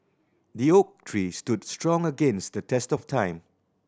the oak tree stood strong against the test of time